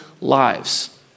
lives